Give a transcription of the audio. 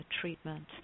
treatment